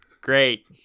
Great